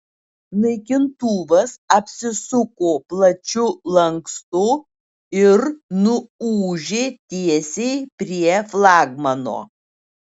naikintuvas apsisuko plačiu lankstu ir nuūžė tiesiai prie flagmano